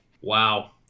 Wow